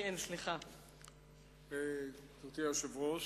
גברתי היושבת-ראש,